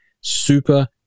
Super